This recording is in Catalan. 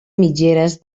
mitgeres